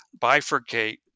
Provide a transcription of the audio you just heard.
bifurcate